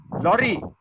lorry